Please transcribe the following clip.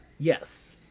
Yes